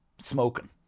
Smoking